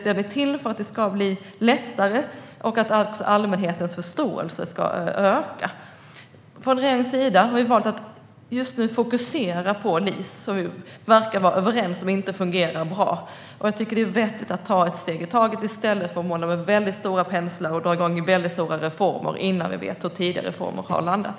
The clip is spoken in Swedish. Den är till för att det ska bli lättare och för att allmänhetens förståelse ska öka. Regeringen har valt att fokusera på LIS. Vi verkar vara överens om att det inte fungerar bra. Jag tycker att det är vettigt att ta ett steg i taget i stället för att måla med väldigt stora penslar och dra igång stora reformer innan vi vet hur tidigare reformer har landat.